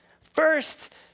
First